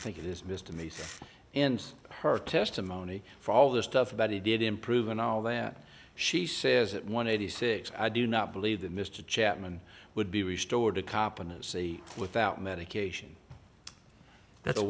i think it is mr mason and her testimony for all the stuff that he did improve and all that she says at one eighty six i do not believe that mr chapman would be restored to cop and say without medication that